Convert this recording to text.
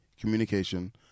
communication